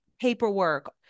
paperwork